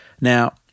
Now